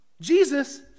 Jesus